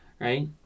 Right